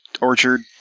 orchard